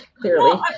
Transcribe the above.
Clearly